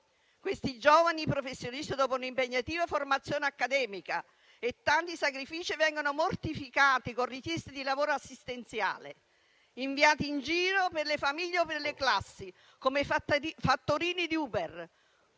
Questi giovani professionisti, dopo un'impegnativa formazione accademica e tanti sacrifici, vengono mortificati con richieste di lavoro assistenziale, inviati in giro per le famiglie o per le classi, come fattorini di Uber,